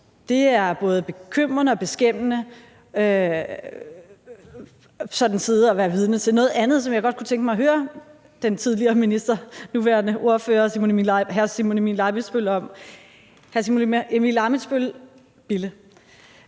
er det både bekymrende og beskæmmende sådan at sidde og være vidne til. Der er noget andet, som jeg godt kunne tænke mig at høre den tidligere minister og nuværende ordfører, hr. Simon Emil Ammitzbøll-Bille,